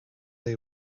they